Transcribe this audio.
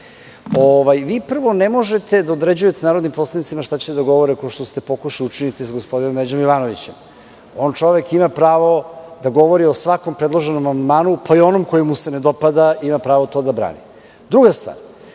videli. Prvo, ne možete da određujete narodnim poslanicima šta će da govore, kao što ste pokušali da učinite sa gospodinom Neđom Jovanovićem. On ima pravo da govori o svakom predloženom amandmanu, pa i o onom koji mu se ne dopada, i ima pravo to da brani. Druga, stvar,